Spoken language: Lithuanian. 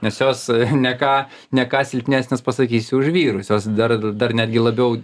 nes jos ne ką ne ką silpnesnės pasakysiu už vyrus jos dar dar netgi labiau